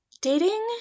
dating